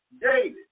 David